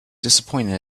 disappointed